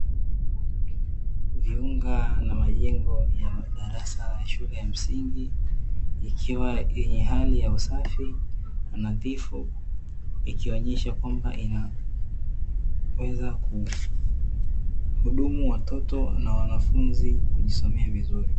Viunga na majengo ya madarasa ya shule ya msingi, yakiwa yenye hali ya usafi na nadhifu, ikionyesha kwamba eneo huweza kuhudumu watoto na wanafunzi kujisomea vizuri.